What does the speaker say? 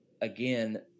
again